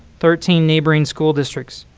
thirteen neighboring school districts.